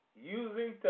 Using